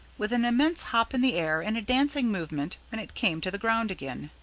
with an immense hop in the air, and a dancing movement when it came to the ground again.